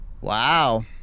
Wow